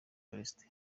callixte